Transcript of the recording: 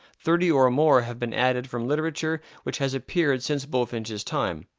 thirty or more have been added from literature which has appeared since bulfinch's time,